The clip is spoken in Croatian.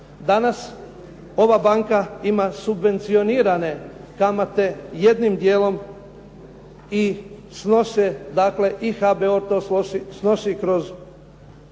Danas ova banka imaju subvencionirane kamate, jednim dijelom i snose dakle i HBOR to snosi kroz